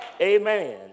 Amen